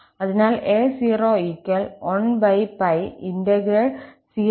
അതിനാൽ 𝑎0 1𝜋02πfxdx